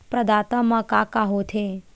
प्रदाता मा का का हो थे?